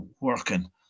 working